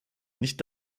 nicht